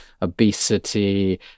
obesity